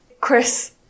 chris